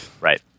Right